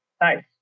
nice